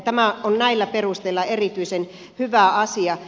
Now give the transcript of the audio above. tämä on näillä perusteilla erityisen hyvä asia